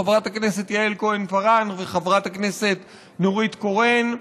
חברת הכנסת יעל כהן-פארן וחברת הכנסת נורית קורן.